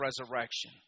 resurrection